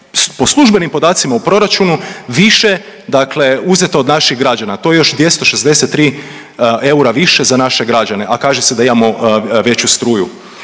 po službenim podacima u proračunu, više dakle, uzeto od naših građana, to je još 263 eura više za naše građane, a kaže se da imamo veću struju.